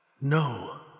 No